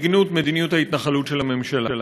בגנות מדיניות ההתנחלות של הממשלה.